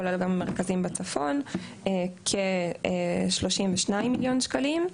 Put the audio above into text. כולל גם המרכזים בצפון כ-32 מיליון שקלים.